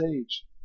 age